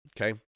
okay